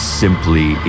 simply